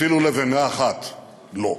אפילו לבנה אחת לא,